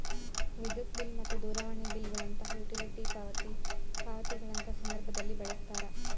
ವಿದ್ಯುತ್ ಬಿಲ್ ಮತ್ತು ದೂರವಾಣಿ ಬಿಲ್ ಗಳಂತಹ ಯುಟಿಲಿಟಿ ಪಾವತಿ ಪಾವತಿಗಳಂತಹ ಸಂದರ್ಭದಲ್ಲಿ ಬಳಸ್ತಾರ